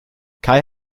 kai